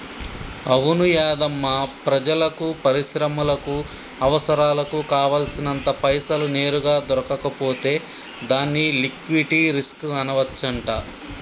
అవును యాధమ్మా ప్రజలకు పరిశ్రమలకు అవసరాలకు కావాల్సినంత పైసలు నేరుగా దొరకకపోతే దాన్ని లిక్విటీ రిస్క్ అనవచ్చంట